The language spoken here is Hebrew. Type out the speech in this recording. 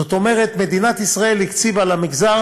זאת אומרת, מדינת ישראל הקציבה למגזר